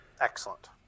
excellent